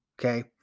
Okay